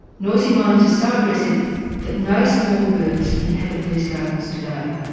noisy miners are so aggressive that no small birds inhabit these gardens today.